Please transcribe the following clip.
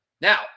Now